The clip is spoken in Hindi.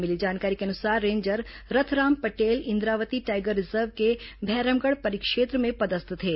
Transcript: मिली जानकारी के अनुसार ranger Ratharam Patel Indravati tiger reserve के भैरमगढ़ परिक्षेत्र में पदस्थ थे